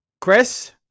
Chris